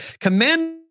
command